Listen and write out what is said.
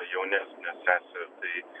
jaunesnę sesę tai